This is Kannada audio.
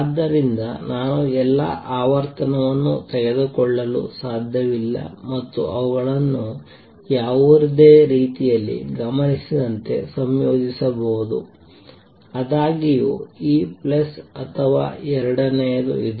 ಆದ್ದರಿಂದ ನಾನು ಎಲ್ಲಾ ಆವರ್ತನವನ್ನು ತೆಗೆದುಕೊಳ್ಳಲು ಸಾಧ್ಯವಿಲ್ಲ ಮತ್ತು ಅವುಗಳನ್ನು ಯಾವುದೇ ರೀತಿಯಲ್ಲಿ ಗಮನಿಸಿದಂತೆ ಸಂಯೋಜಿಸಬಹುದು ಆದಾಗ್ಯೂ ಈ ಪ್ಲಸ್ ಅಥವಾ ಎರಡನೆಯದು ಇದು